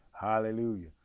Hallelujah